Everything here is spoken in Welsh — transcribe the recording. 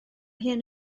hyn